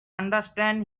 understand